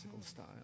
style